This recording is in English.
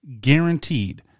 guaranteed